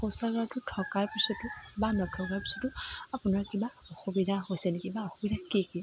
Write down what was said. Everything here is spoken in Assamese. শৌচাগাৰটো থকাৰ পিছতো বা নথকাৰ পিছতো আপোনাৰ কিবা অসুবিধা হৈছে নেকি বা অসুবিধা কি কি